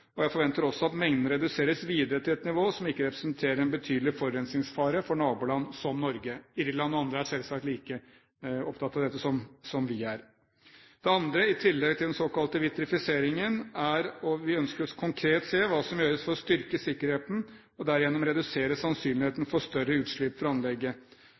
og jeg forventer også at mengden reduseres videre til et nivå som ikke representerer en betydelig forurensingsfare for naboland, som Norge. Irland og andre land er selvsagt like opptatt av dette som vi er. Det andre, i tillegg til den såkalte vitrifiseringen, er at vi konkret ønsker å se hva som gjøres for å styrke sikkerheten, og derigjennom redusere sannsynligheten for større utslipp fra anlegget.